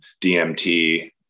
DMT